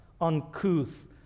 uncouth